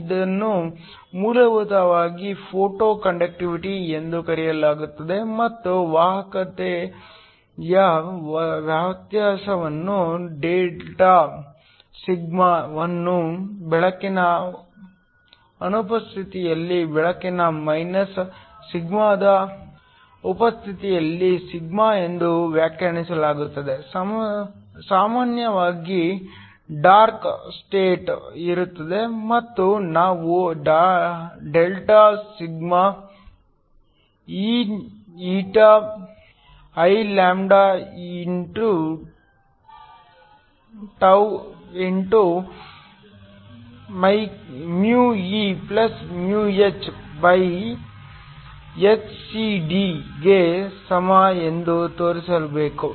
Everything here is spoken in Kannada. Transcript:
ಇದನ್ನು ಮೂಲಭೂತವಾಗಿ ಫೋಟೊ ಕಂಡಕ್ಟಿವಿಟಿ ಎಂದು ಕರೆಯಲಾಗುತ್ತದೆ ಮತ್ತು ವಾಹಕತೆಯ ವ್ಯತ್ಯಾಸವನ್ನು ಡೆಲ್ಟಾ ಸಿಗ್ಮಾವನ್ನು ಬೆಳಕಿನ ಅನುಪಸ್ಥಿತಿಯಲ್ಲಿ ಬೆಳಕಿನ ಮೈನಸ್ ಸಿಗ್ಮಾದ ಉಪಸ್ಥಿತಿಯಲ್ಲಿ ಸಿಗ್ಮಾ ಎಂದು ವ್ಯಾಖ್ಯಾನಿಸಲಾಗುತ್ತದೆ ಸಾಮಾನ್ಯವಾಗಿ ಡಾರ್ಕ್ ಸ್ಟೇಟ್ ಇರುತ್ತದೆ ಮತ್ತು ನಾವು ಡೆಲ್ಟಾ ಸಿಗ್ಮಾ ಗೆ ಸಮ ಎಂದು ತೋರಿಸಬೇಕು